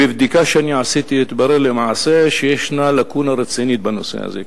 מבדיקה שעשיתי התברר שלמעשה ישנה לקונה רצינית בנושא הזה,